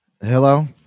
Hello